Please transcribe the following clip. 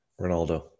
Ronaldo